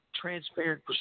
transparent